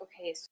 okay